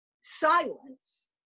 silence